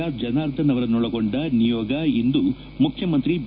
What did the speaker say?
R Janardhan ಅವರನ್ನೊಳಗೊಂಡ ನಿಯೋಗ ಇಂದು ಮುಖ್ಯಮಂತ್ರಿ ಬಿ